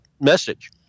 message